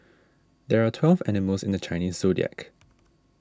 there are twelve animals in the Chinese zodiac